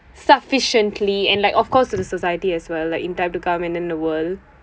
sufficiently and like of course to the society as well like in time to come and then the world